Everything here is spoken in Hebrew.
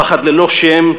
פחד ללא שם,